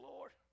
Lord